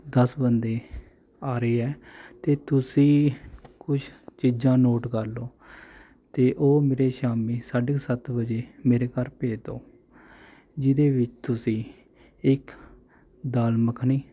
ਦਸ ਬੰਦੇ ਆ ਰਹੇ ਹੈ ਅਤੇ ਤੁਸੀਂ ਕੁਛ ਚੀਜ਼ਾਂ ਨੋਟ ਕਰ ਲਓ ਅਤੇ ਉਹ ਮੇਰੇ ਸ਼ਾਮੀ ਸਾਢੇ ਸੱਤ ਵਜੇ ਮੇਰੇ ਘਰ ਭੇਜ ਦਿਉ ਜਿਹਦੇ ਵਿੱਚ ਤੁਸੀਂ ਇੱਕ ਦਾਲ ਮੱਖਣੀ